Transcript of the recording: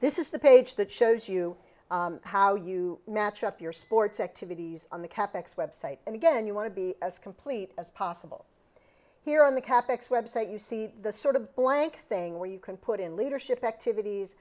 this is the page that shows you how you match up your sports activities on the cap ex website and again you want to be as complete as possible here on the cap ex website you see the sort of blank thing where you can put in leadership activities